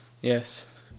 Yes